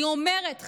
אני אומרת חד-משמעית,